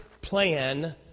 plan